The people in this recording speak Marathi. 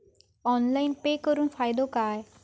ऑनलाइन पे करुन फायदो काय?